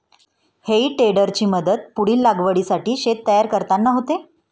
हेई टेडरची मदत पुढील लागवडीसाठी शेत तयार करताना होते